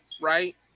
right